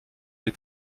des